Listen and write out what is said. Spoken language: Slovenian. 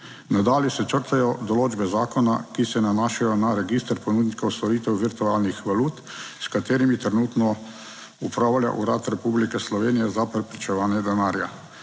Nadalje se črtajo določbe zakona, ki se nanašajo na register ponudnikov storitev virtualnih valut, s katerimi trenutno upravlja Urad Republike Slovenije za preprečevanje denarja